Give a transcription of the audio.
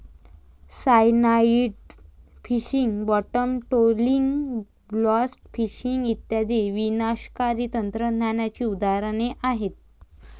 cyanide fishing, bottom trawling, blast fishing इत्यादी विनाशकारी तंत्रज्ञानाची उदाहरणे आहेत